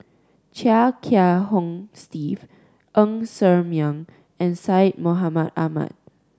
Chia Kiah Hong Steve Ng Ser Miang and Syed Mohamed Ahmed